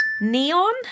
Neon